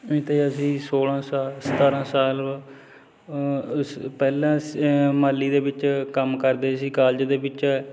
ਅ ਅਤੇ ਅਸੀਂ ਸੋਲ੍ਹਾਂ ਸਾਲ ਸਤਾਰ੍ਹਾਂ ਸਾਲ ਵਾ ਅਸ ਪਹਿਲਾਂ ਮਾਲੀ ਦੇ ਵਿੱਚ ਕੰਮ ਕਰਦੇ ਸੀ ਕਾਲਜ ਦੇ ਵਿੱਚ